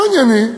לא ענייני,